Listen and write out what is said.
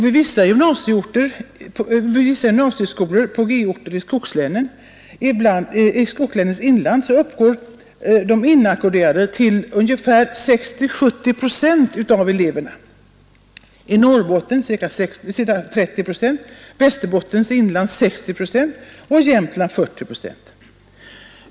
Vid vissa gymnasieskolor i skogslänens inland uppgår de inackorderade till ungefär 60—70 procent av eleverna: i Norrbotten ca 30 procent, i Västerbottens inland 60 procent och i Jämtlands län ca 40 procent.